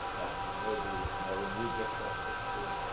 but maybe more immediate questions to